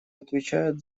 отвечают